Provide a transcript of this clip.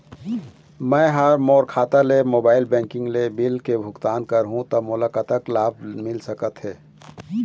मैं हा मोर खाता ले मोबाइल बैंकिंग ले बिल के भुगतान करहूं ता मोला कतक लाभ मिल सका थे?